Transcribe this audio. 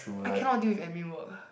I cannot deal with admin work uh